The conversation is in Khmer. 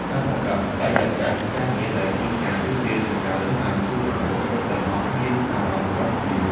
ការបង្កើតបរិយាកាសការងារដែលគ្មានការបៀតបៀននិងការរើសអើង ជួយឱ្យបុគ្គលិកទាំងអស់មានអារម្មណ៍សុវត្ថិភាព។